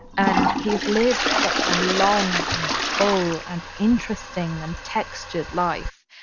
and he has lived such a long and full and interesting and textured life,